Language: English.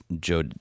Joe